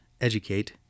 educate